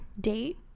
date